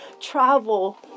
travel